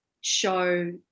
show